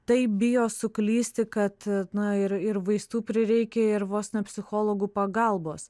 taip bijo suklysti kad na ir ir vaistų prireikia ir vos ne psichologų pagalbos